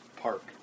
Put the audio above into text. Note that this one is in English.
park